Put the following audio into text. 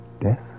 Death